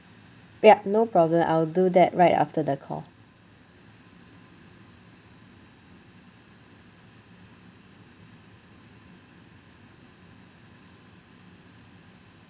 yup no problem I will do that right after the call